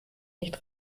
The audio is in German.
nicht